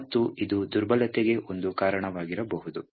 ಮತ್ತು ಇದು ದುರ್ಬಲತೆಗೆ ಒಂದು ಕಾರಣವಾಗಿರಬಹುದು